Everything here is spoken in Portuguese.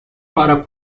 para